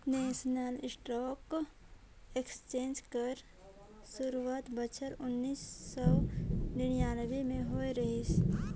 national stock exchange कर सुरवात बछर उन्नीस सव बियानबें में होए रहिस